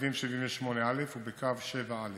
בקווים 78א ובקו 7א,